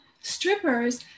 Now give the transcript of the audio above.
strippers